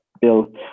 built